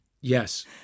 Yes